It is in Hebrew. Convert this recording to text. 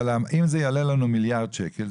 אבל אם זה יעלה לנו מיליארד שקל,